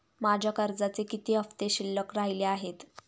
माझ्या कर्जाचे किती हफ्ते शिल्लक राहिले आहेत?